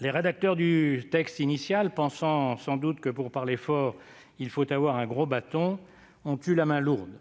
Les rédacteurs du texte initial, pensant sans doute que, pour parler fort, il faut avoir un gros bâton, ont eu la main lourde.